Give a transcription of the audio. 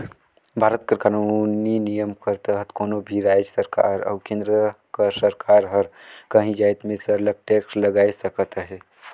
भारत कर कानूनी नियम कर तहत कोनो भी राएज सरकार अउ केन्द्र कर सरकार हर काहीं जाएत में सरलग टेक्स लगाए सकत अहे